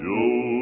Joe